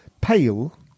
pale